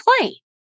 play